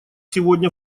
сегодня